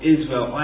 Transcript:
Israel